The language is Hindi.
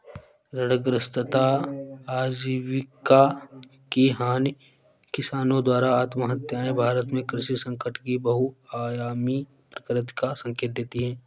ऋणग्रस्तता आजीविका की हानि किसानों द्वारा आत्महत्याएं भारत में कृषि संकट की बहुआयामी प्रकृति का संकेत देती है